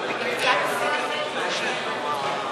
תמצא נושא אחר מעניין.